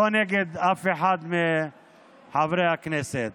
לא נגד אף אחד מחברי הכנסת.